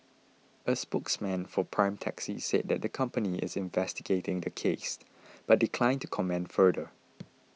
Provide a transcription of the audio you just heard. a spokesman for Prime Taxi said that the company is investigating the case but declined to comment further